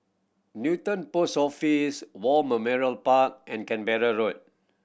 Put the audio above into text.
Newton Post Office War Park and Canberra Road